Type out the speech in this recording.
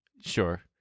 Sure